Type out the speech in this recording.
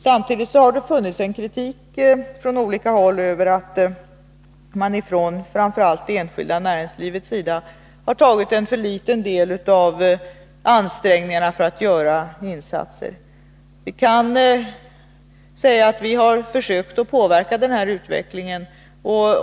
Samtidigt har det riktats kritik från olika håll mot att man framför allt från det enskilda näringslivets sida för litet tagit del i ansträngningarna att göra insatser. Vi kan säga att vi har försökt påverka denna utveckling.